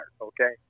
okay